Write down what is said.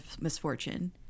misfortune